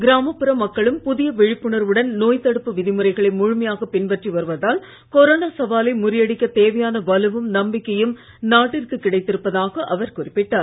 கிராமப்புற மக்களும் புதிய விழிப்புணர்வுடன் நோய்த் தடுப்பு விதிமுறைகளை முழுமையாகப் பின்பற்றி வருவதால் கொரோனா சவாலை முறியடிக்கத் தேவையான வலுவும் நம்பிக்கையும் நாட்டிற்கு கிடைத்திருப்பதாக அவர் குறிப்பிட்டார்